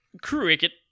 Cricket